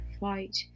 fight